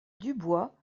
dubois